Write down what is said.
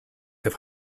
have